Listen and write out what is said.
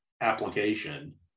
application